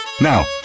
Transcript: Now